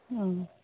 অঁ